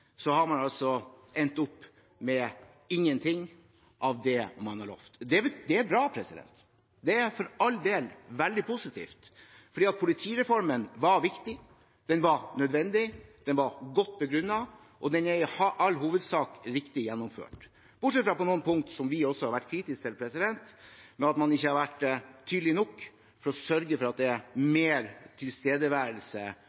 har man altså endt med ingenting av det man har lovet. Det er bra, det er for all del veldig positivt, for politireformen var viktig, den var nødvendig, den var godt begrunnet, og den er i all hovedsak riktig gjennomført – bortsett fra på noen punkter som også vi har vært kritiske til, med at man ikke har vært tydelig nok for å sørge for at det er